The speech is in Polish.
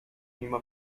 mimo